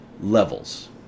Levels